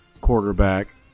quarterback